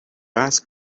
ask